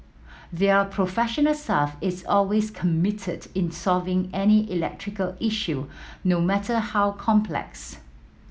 their professional staff is always committed in solving any electrical issue no matter how complex